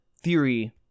theory